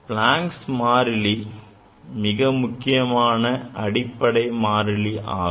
Plancks மாறிலி மிக முக்கியமான அடிப்படையான மாறிலி ஆகும்